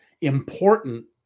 important